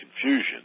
confusion